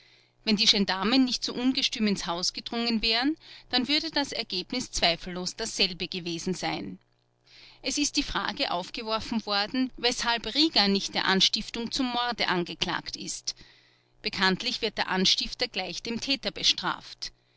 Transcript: wenn die gendarmen nicht so ungestüm ins haus gedrungen wären dann würde das ergebnis zweifellos dasselbe gewesen sein es ist die frage aufgeworfen worden weshalb rieger nicht der anstiftung zum morde angeklagt ist bekanntlich wird der anstifter gleich dem täter bestraft